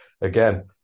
again